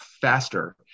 faster